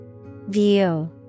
View